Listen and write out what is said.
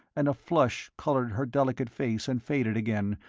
and a flush coloured her delicate face and faded again,